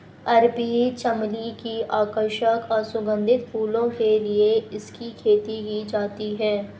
अरबी चमली की आकर्षक और सुगंधित फूलों के लिए इसकी खेती की जाती है